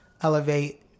elevate